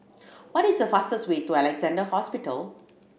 what is the fastest way to Alexandra Hospital